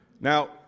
Now